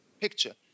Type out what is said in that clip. picture